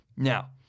Now